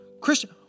christian